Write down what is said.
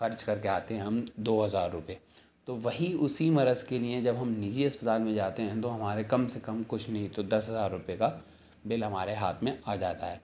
خرچ کر کے آتے ہیں ہم دو ہزار روپیے تو وہی اسی مرض کے لیے جب ہم نجی اسپتال میں جاتے ہیں تو ہمارے کم سے کم کچھ نہیں تو دس ہزار روپیے کا بل ہمارے ہاتھ میں آ جاتا ہے